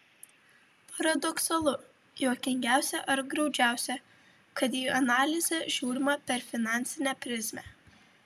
paradoksalu juokingiausia ar graudžiausia kad į analizę žiūrima per finansinę prizmę